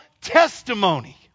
Testimony